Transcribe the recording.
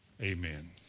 amen